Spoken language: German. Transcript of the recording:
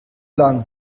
lang